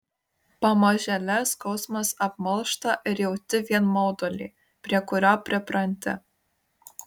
pamažėle skausmas apmalšta ir jauti vien maudulį prie kurio pripranti